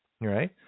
Right